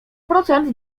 procent